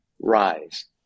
rise